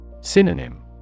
Synonym